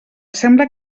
sembla